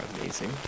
amazing